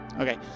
okay